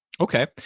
Okay